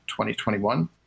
2021